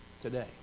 today